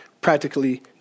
practically